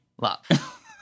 love